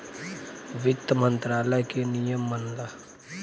वित्त मंत्रालय के नियम मनला